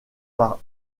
par